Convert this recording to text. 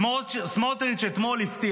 סמוטריץ' הבטיח אתמול,